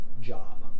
job